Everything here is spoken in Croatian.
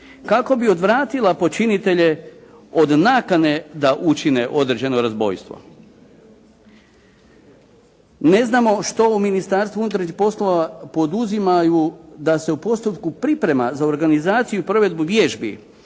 kako bi odvratila počinitelje od nakane da učine određeno razbojstvo? Ne znamo što u Ministarstvu unutarnjih poslova poduzimaju da se u postupku priprema za organizaciju i provedbu vježbi